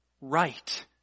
right